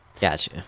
gotcha